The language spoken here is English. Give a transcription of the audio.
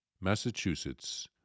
Massachusetts